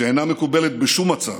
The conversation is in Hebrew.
שאינה מקובלת בשום מצב,